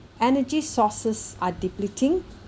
energy sources are depleting